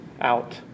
out